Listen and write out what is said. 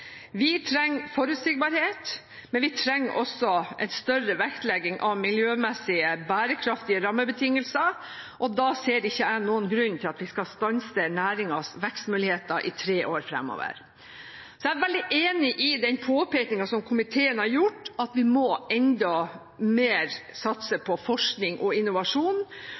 Vi trenger forutsigbarhet, men vi trenger også en større vektlegging av miljømessige bærekraftige rammebetingelser, og da ser ikke jeg noen grunn til at vi skal stanse næringens vekstmuligheter i tre år fremover. Så jeg er veldig enig i den påpekningen som komiteen har gjort, at vi enda mer må satse på forskning og innovasjon,